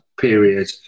period